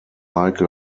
like